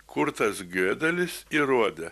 kurtas giodelis įrodė